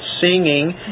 singing